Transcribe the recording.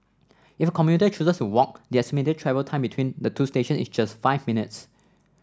if a commuter chooses walk the estimated travel time between the two station is just five minutes